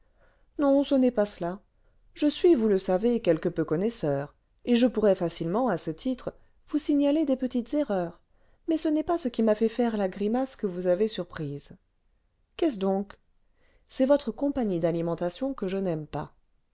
non ce n'est pas cela je suis vous le savez quelque peu connaisseur et je pourrais facilement à ce titre vous signaler des petites erreurs mais ce n'est pas ce qui m'a fait faire la grimace que vous avez surprise qu'est-ce donc c'est votre compagnie d'alimentation que je n'aime pas